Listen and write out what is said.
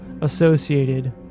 associated